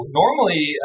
normally